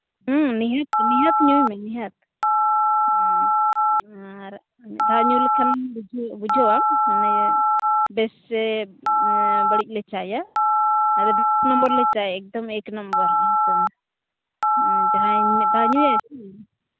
ᱱᱤᱦᱟᱹᱛ ᱱᱤᱦᱟᱹᱛ ᱧᱩᱭ ᱢᱮ ᱱᱤᱦᱟᱹᱛ ᱟᱨ ᱢᱤᱫ ᱫᱷᱟᱣ ᱧᱩ ᱞᱮᱠᱷᱟᱱ ᱵᱩᱡᱷᱟᱹᱣᱟᱢ ᱢᱟᱱᱮ ᱵᱮᱥ ᱥᱮ ᱵᱟᱹᱲᱤᱡ ᱞᱮ ᱪᱟᱭᱟ ᱟᱞᱮ ᱫᱚ ᱮᱹᱠ ᱱᱚᱢᱚᱨ ᱞᱮ ᱪᱟᱭᱟ ᱮᱠᱫᱚᱢ ᱮᱹᱠ ᱱᱚᱢᱵᱚᱨ ᱮᱹᱠᱫᱚᱢ ᱡᱟᱦᱟᱸᱭ ᱢᱤᱫ ᱫᱷᱟᱣ ᱧᱩᱭᱟᱭᱥᱮ